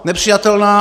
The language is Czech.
Nepřijatelná.